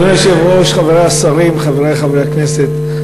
אדוני היושב-ראש, חברי השרים, חברי חברי הכנסת,